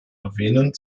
erwähnen